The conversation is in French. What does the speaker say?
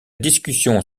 discussion